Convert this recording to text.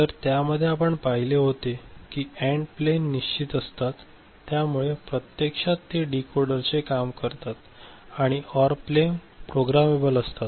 तर त्यामध्ये आपण पाहिले होते की एन्ड प्लेन निश्चित असतात त्यामुळे प्रत्यक्षात ते डीकोडर चे काम करतात आणि ओआर प्लेन प्रोग्रामेबल असतात